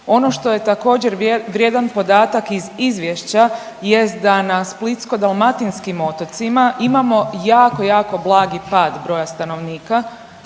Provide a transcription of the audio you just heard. Ono što je također vrijedan podatak iz izvješća jest da na splitsko-dalmatinskim otocima imamo jako, jako blagi pad broja stanovnika